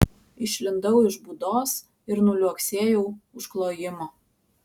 išlindau iš būdos ir nuliuoksėjau už klojimo